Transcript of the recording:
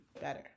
better